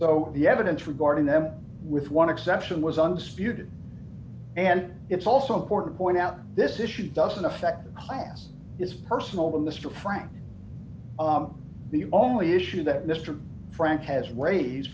so the evidence regarding them with one exception was undisputed and it's also important point out this issue doesn't affect the class is personal the mr frank the only issue that mr frank has raise